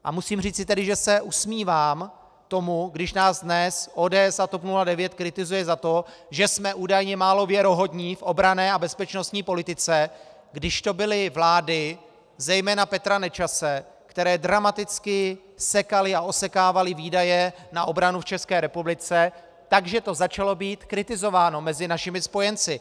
A musím tedy říci, že se usmívám tomu, když nás dnes ODS a TOP 09 kritizují za to, že jsme údajně málo věrohodní v obranné a bezpečnostní politice, když to byly vlády zejména Petra Nečase, které dramaticky sekaly a osekávaly výdaje na obranu v České republice, takže to začalo být kritizováno mezi našimi spojenci.